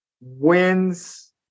wins